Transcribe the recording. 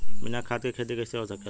बिना खाद के खेती कइसे हो सकेला?